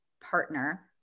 partner